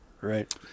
Right